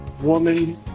woman